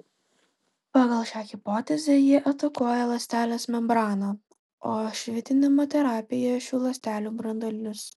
pagal šią hipotezę jie atakuoja ląstelės membraną o švitinimo terapija šių ląstelių branduolius